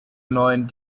neuen